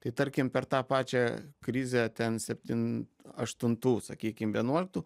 tai tarkim per tą pačią krizę ten septin aštuntų sakykim vienuoliktų